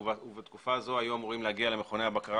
ובתקופה הזו היו אמורים להגיע למכוני בקרה